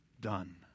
done